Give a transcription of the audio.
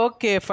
Okay